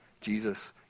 Jesus